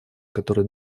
которые